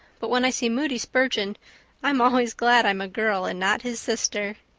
but when i see moody spurgeon i'm always glad i'm a girl and not his sister.